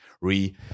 re